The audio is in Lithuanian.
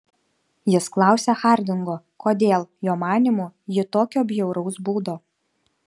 jis klausia hardingo kodėl jo manymu ji tokio bjauraus būdo